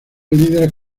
líderes